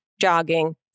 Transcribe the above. jogging